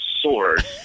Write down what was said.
sword